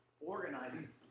Organizing